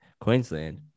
Queensland